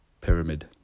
pyramid